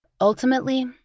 Ultimately